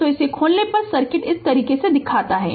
तो इसे खोलने पर सर्किट इस तरह दिखता है